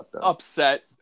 upset